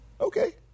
Okay